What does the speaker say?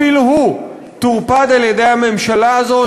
אפילו הוא טורפד על-ידי הממשלה הזאת,